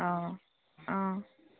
অঁ অঁ